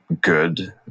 good